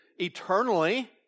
eternally